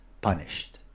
punished